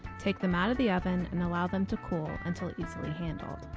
take them out of the oven and allow them to cool until easily handled.